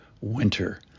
winter